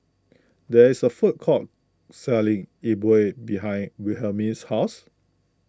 there is a food court selling E Bua behind Wilhelmine's house